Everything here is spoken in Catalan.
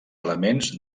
elements